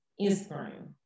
Instagram